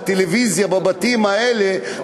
הטלוויזיה בבתים האלה,